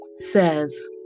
says